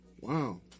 wow